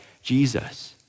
Jesus